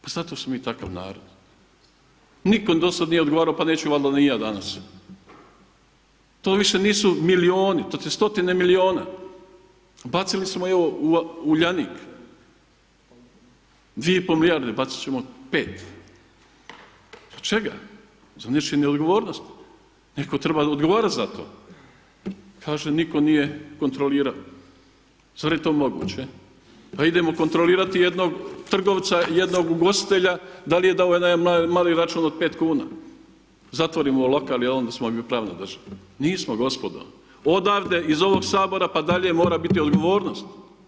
Pa zato jer smo mi takav narod, niko dosad nije odgovarao pa neću valda ni ja danas, to više nisu milioni to ti je stotine miliona, bacili smo ih u Uljanik 2,5 milijarde, bacit ćemo 5, za čega, za nečiju neodgovornost, netko treba odgovarat za to, kaže nitko nije kontrolirao, zar je to moguće, pa idemo kontrolirati jednog trgovca, jednog ugostitelja da li je dovoljan jedan mali račun od 5 kuna, zatvorimo mu lokal i onda smo mi pravna država, nismo gospodo odavde iz ovog sabora pa dalje mora biti odgovornost.